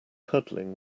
cuddling